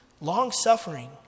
long-suffering